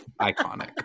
iconic